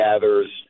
gathers